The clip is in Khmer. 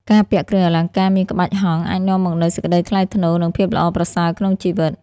ការពាក់គ្រឿងអលង្ការមានក្បាច់ហង្ស អាចនាំមកនូវសេចក្តីថ្លៃថ្នូរ និងភាពល្អប្រសើរក្នុងជីវិត។